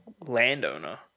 landowner